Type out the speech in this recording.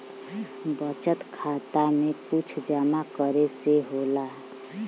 बचत खाता मे कुछ जमा करे से होला?